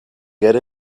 get